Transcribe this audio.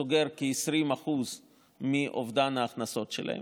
סוגר כ-20% מאובדן ההכנסות שלהן.